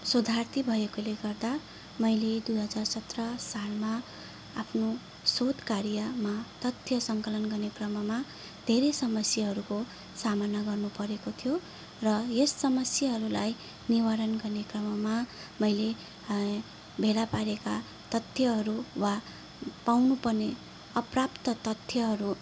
शोधार्थी भएकोले गर्दा मैले दुई हजार सत्र सालमा आफ्नो सोधकार्यमा तथ्य सङ्कलन गर्ने क्रममा धेरै समस्याहरूको सामना गर्नु परेको थियो र यस समस्याहरूलाई निवारण गर्ने क्रममा मैले भेला पारेका तथ्यहरू वा पाउनु पर्ने अप्राप्त तथ्यहरू